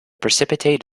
precipitate